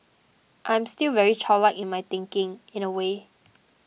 I'm still very childlike in my thinking in a way